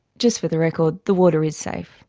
just for the record the water is safe.